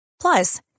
Plus